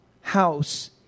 house